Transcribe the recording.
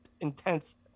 intense